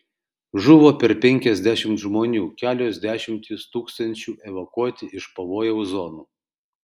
žuvo per penkiasdešimt žmonių kelios dešimtys tūkstančių evakuoti iš pavojaus zonų